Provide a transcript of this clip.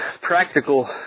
practical